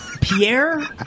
Pierre